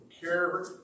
care